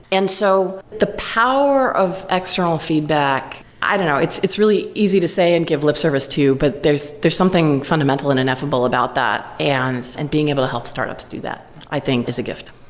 and so the power of external feedback, i don't know, it's it's really easy to say and give lip service to, but there's there's something fundamental and ineffable about that. and and being able to help startups do that i think is a gift.